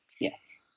yes